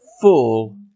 full